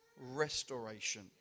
restoration